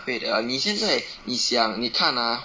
wait ah 你现在你想你看 ah